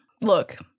look